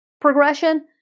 progression